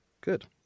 Good